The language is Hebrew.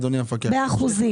במחירים אחרים.